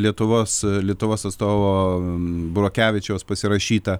lietuvos lietuvos atstovo burokevičiaus pasirašytą